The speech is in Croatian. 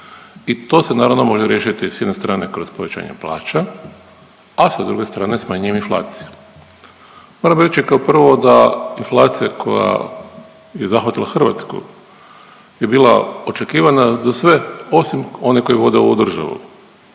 i to se naravno, može riješiti, s jedne strane, kroz povećanje plaća, a sa druge strane, smanjenjem inflacije. Moram reći, kao prvo da inflacija koja je zahvatila Hrvatsku je bila očekivana za sve osim one koji vode ovu državu.